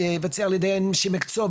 שהתבצע על-ידי אנשי מקצוע,